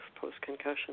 post-concussion